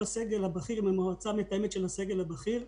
עם הסגל הבכיר ועם המועצה המתאמת של הסגל הבכיר.